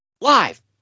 live